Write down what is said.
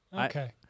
Okay